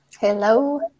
Hello